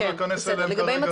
אני לא אכנס אליהם כרגע,